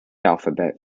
alphabet